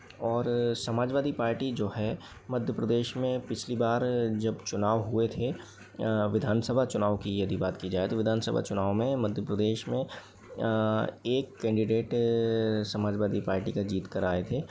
और समाजवादी पार्टी जो है मध्य प्रदेश में पिछली बार जब चुनाव हुए थे विधान सभा चुनाव की यदि बात की जाए तो विधानसभा चुनाव में मध्य प्रदेश में एक कैंडिडेट समाजवादी पार्टी का जीत कर आए थे